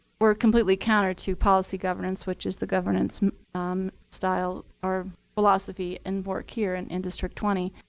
were completely counter to policy governance, which is the governance style or philosophy and work here and in district twenty.